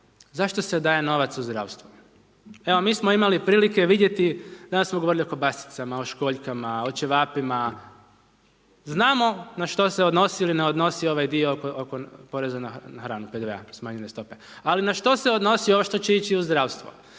Zašto se daje novac u zdravstvo? Evo mi smo imali prilike vidjeti, danas smo govorili o kobasicama, o školjkama, o ćevapima, znamo na što se odnosi ili ne odnosi ovaj dio oko poreza na hranu, PDV-a, smanjene stope. Ali na što se odnosi ovo što će ići u zdravstvo.